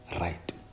right